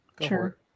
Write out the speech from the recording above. Sure